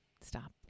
stop